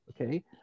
okay